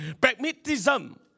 Pragmatism